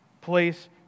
place